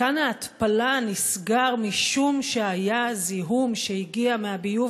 מתקן ההתפלה נסגר משום שהגיע זיהום מהביוב